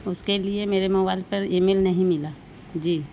اس کے لیے میرے موبائل پر ای میل نہیں ملا جی